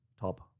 top